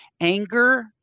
anger